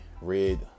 red